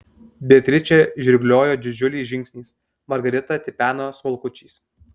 beatričė žirgliojo didžiuliais žingsniais margarita tipeno smulkučiais